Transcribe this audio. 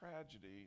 tragedy